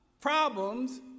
problems